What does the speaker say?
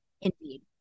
Indeed